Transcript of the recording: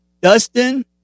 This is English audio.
Dustin